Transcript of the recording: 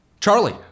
Charlie